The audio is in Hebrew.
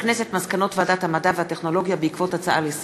מסקנות ועדת המדע והטכנולוגיה בעקבות דיון בהצעה